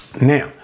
Now